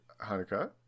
hanukkah